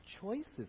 choices